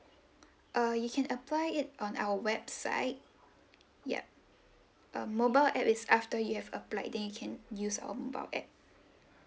err you can apply it on our website yup um mobile app is after you have applied then you can use our mobile app